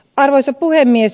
arvoisa puhemies